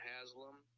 Haslam